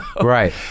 right